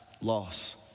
loss